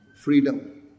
freedom